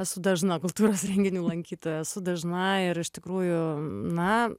esu dažna kultūros renginių lankytoja esu dažna ir iš tikrųjų na